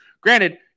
Granted